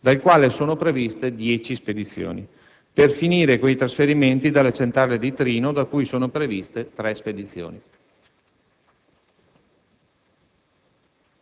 (dal quale sono previsti dieci spedizioni), per finire con i trasferimenti dalla centrale di Trino (da cui sono previste tre spedizioni).